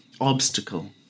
obstacle